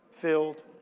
filled